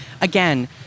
again